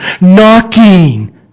knocking